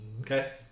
Okay